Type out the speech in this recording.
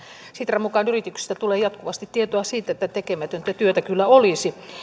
sitran mukaan yrityksistä tulee jatkuvasti tietoa siitä että tekemätöntä työtä kyllä olisi